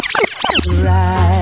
Right